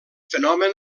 fenomen